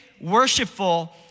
worshipful